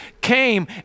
came